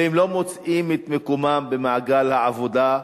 והם לא מוצאים את מקומם במעגל העבודה.